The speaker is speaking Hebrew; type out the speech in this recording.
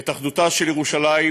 את אחדותה של ירושלים,